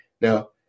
Now